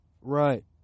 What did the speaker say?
Right